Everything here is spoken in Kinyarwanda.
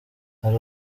hari